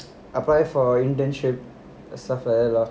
apply for internship somewhere lor